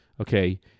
Okay